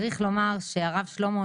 צריך לומר שהרב שלמה ,